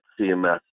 CMS